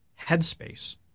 headspace